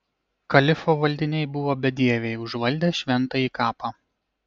kalifo valdiniai buvo bedieviai užvaldę šventąjį kapą